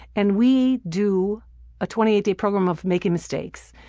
and we do a twenty eight day program of making mistakes.